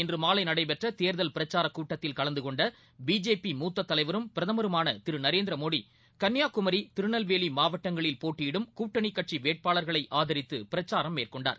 இன்றுமாலைநடைபெற்றதேர்தல் பிரச்சாரகூட்டத்தில் கன்னியாகுமரியில் கலந்துகொண்டபிஜேபி மூத்ததலைவரும் பிரதமருமானதிருநரேந்திரமோடி கன்னியாகுமரி திருநெல்வேலிமாவட்டங்களில் போட்டியிடும் கூட்டணிகட்சிவேட்பாளர்களைஆதரித்துபிரச்சாரம் மேற்கொண்டார்